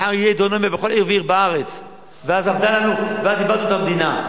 מחר תהיה אוטונומיה בכל עיר ועיר בארץ ואז איבדנו את המדינה.